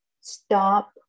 stop